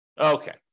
Okay